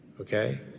okay